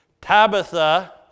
Tabitha